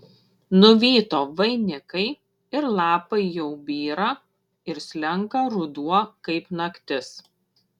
nuvyto vainikai ir lapai jau byra ir slenka ruduo kaip naktis